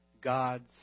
God's